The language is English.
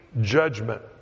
judgment